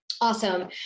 Awesome